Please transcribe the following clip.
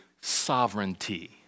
sovereignty